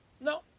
No